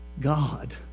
God